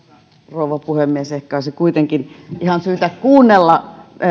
rouva puhemies ehkä olisi kuitenkin ihan syytä kuunnella